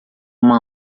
uma